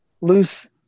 loose